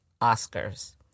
Oscars